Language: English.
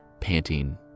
panting